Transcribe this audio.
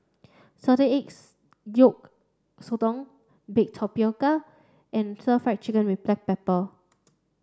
salted eggs yolk Sotong baked tapioca and stir fried chicken with black pepper